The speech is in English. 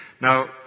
Now